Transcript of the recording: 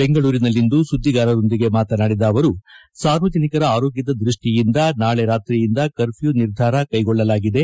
ಬೆಂಗಳೂರಿನಲ್ಲಿಂದು ಸುದ್ದಿಗಾರರೊಂದಿಗೆ ಮಾತನಾಡಿದ ಅವರು ಸಾರ್ವಜನಿಕರ ಆರೋಗ್ಯದ ದೃಷ್ಟಿಯಿಂದ ನಾಳೆ ರಾತ್ರಿಯಿಂದ ಕರ್ಮ್ಯೂ ನಿರ್ಧಾರ ಕೈಗೊಳ್ಳಲಾಗಿದೆ